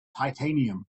titanium